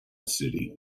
city